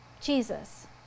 Jesus